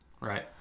Right